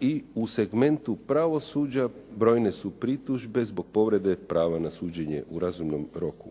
i u segmentu pravosuđa brojne su pritužbe zbog povrede prava na suđenje u razumnom roku.